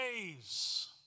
ways